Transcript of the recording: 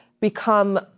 become